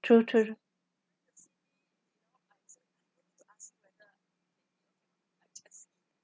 true true